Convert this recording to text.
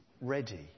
ready